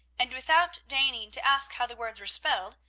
and, without deigning to ask how the words were spelled,